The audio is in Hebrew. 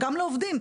גם לעובדים.